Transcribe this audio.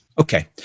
Okay